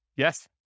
Yes